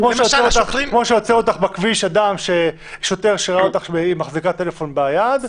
כמו שעוצר אותך בכביש שוטר שראה אותך מחזיקה טלפון ביד.